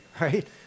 right